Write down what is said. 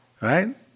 Right